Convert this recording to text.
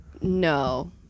No